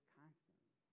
constantly